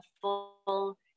full